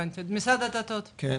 משרד הדתות בבקשה.